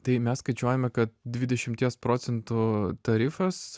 tai mes skaičiuojame kad dvidešimies procentų tarifas